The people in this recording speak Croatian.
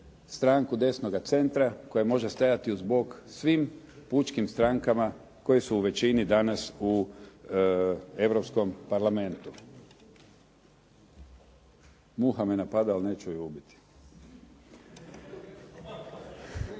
stranku desnoga centra koja može stajati uz bok svim pučkim strankama koje su u većini danas u Europskom parlamentu.